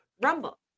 Rumble